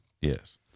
Yes